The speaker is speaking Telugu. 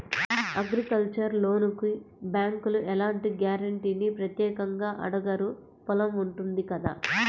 అగ్రికల్చరల్ లోనుకి బ్యేంకులు ఎలాంటి గ్యారంటీనీ ప్రత్యేకంగా అడగరు పొలం ఉంటుంది కదా